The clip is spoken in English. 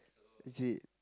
is it